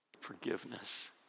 forgiveness